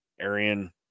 Arian